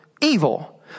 evil